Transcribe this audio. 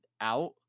out